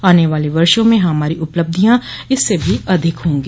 आने वाले वर्षो में हमारी उपलब्धियां इससे भी अधिक होंगी